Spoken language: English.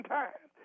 time